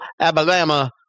Alabama